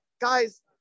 guys